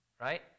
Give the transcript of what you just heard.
Right